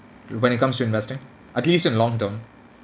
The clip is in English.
when it comes to investing at least in long term